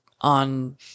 on